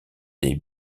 des